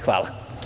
Hvala.